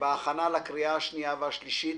בהכנה לקריאה השנייה והשלישית